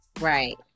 Right